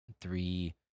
three